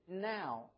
now